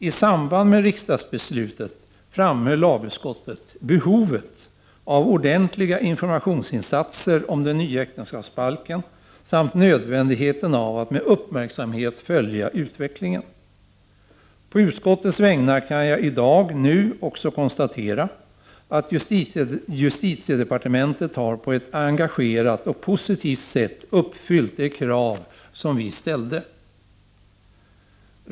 I samband med riksdagsbeslutet framhöll lagutskottet behovet av ordentliga informationsinsatser om den nya äktenskapsbalken samt nödvändigheten av att med uppmärksamhet följa utvecklingen. På utskottets vägnar kan jag i dag nu också konstatera att justitiedepartementet på ett engagerat och positivt sätt har uppfyllt de krav som vi ställde.